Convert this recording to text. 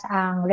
ang